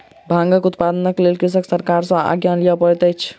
भांगक उत्पादनक लेल कृषक सरकार सॅ आज्ञा लिअ पड़ैत अछि